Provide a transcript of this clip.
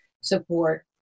support